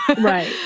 right